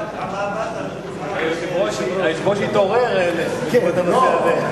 היושב-ראש התעורר לכבוד הנושא הזה.